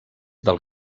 del